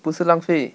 不是浪费